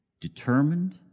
determined